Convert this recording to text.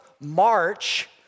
march